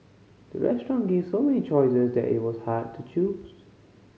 the restaurant gave so many choices that it was hard to choose